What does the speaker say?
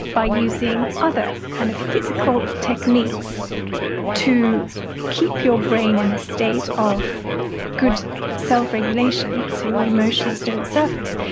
by using other kind of physical techniques to keep your brain in a state of good self-regulation so your emotions don't surface.